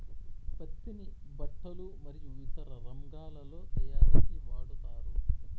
పత్తిని బట్టలు మరియు ఇతర రంగాలలో తయారీకి వాడతారు